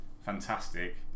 fantastic